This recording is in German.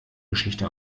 geschichte